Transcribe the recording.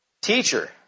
Teacher